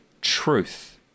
truth